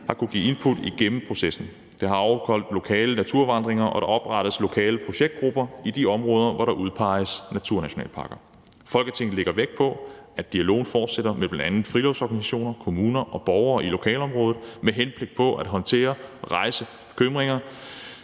har kunnet give input igennem processen. Der er afholdt lokale naturvandringer, og der oprettes lokale projektgrupper i de områder, hvor der udpeges naturnationalparker. Folketinget lægger vægt på, at dialogen fortsættes med bl.a. friluftsorganisationer, kommuner og borgere i lokalområderne med henblik på at håndtere rejste bekymringer